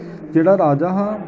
जेह्ड़ा राजा हा